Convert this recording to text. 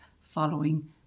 following